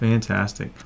Fantastic